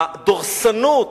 הדורסנות